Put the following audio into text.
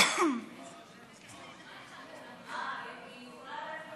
היא יכולה,